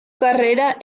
carrera